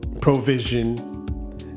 provision